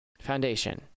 Foundation